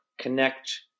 connect